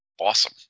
Awesome